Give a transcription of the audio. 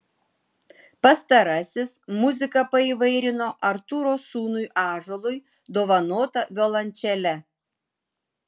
pastarasis muziką paįvairino artūro sūnui ąžuolui dovanota violončele